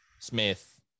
Smith